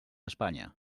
espanya